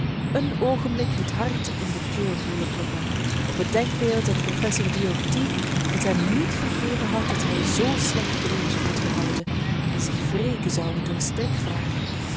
een oogenblik het hart in de keel voelen kloppen op het denkbeeld dat professor die of die het hem niet vergeven had dat hij zoo slecht college had gehouden en zich wreken zou door